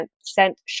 sent